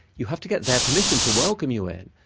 you have to get their permission to welcome you in.